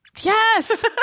Yes